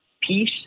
peace